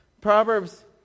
Proverbs